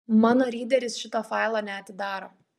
mano ryderis šito failo neatidaro